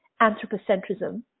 anthropocentrism